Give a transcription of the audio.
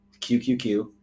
QQQ